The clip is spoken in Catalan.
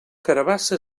carabassa